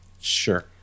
sure